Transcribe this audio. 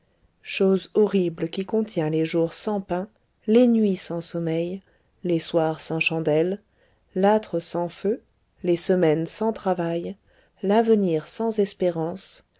chose horrible qui contient les jours sans pain les nuits sans sommeil les soirs sans chandelle l'âtre sans feu les semaines sans travail l'avenir sans espérance